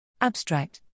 Abstract